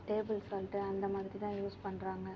table salt அந்த மாதிரி தான் யூஸ் பண்ணுறாங்க